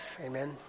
Amen